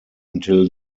until